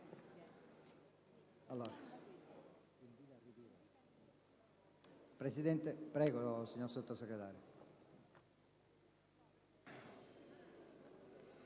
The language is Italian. presiedere. Prego, signor Sottosegretario.